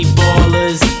ballers